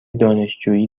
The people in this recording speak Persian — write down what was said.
دانشجویی